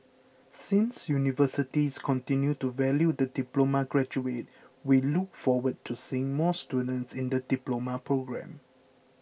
since universities continue to value the diploma graduate we look forward to seeing more students in the Diploma programme